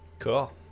Cool